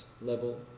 level